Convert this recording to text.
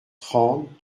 trente